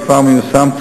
שכבר מיושם,